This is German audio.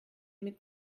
mit